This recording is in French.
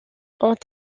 ont